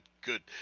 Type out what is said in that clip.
good